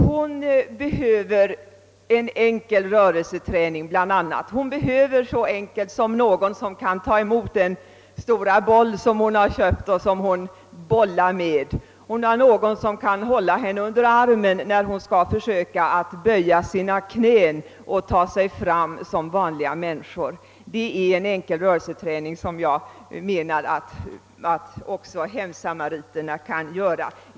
Hon behöver :så enkel rörelseträning som att någon kan ta emot den boll som hon bollar med, hon behöver någon som kan hålla henne under armen när hon skall försöka böja sina knän och ta sig fram som vanliga människor. En sådan enkel rörelseträning menar jag att även hemsamariten kan ge.